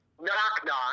Knock-knock